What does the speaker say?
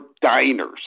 diners